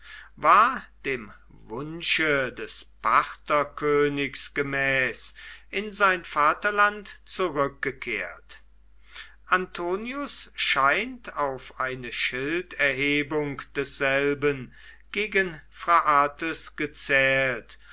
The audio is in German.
war dem wunsche des partherkönigs gemäß in sein vaterland zurückgekehrt antonius scheint auf eine schilderhebung desselben gegen phraates gezählt